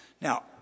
Now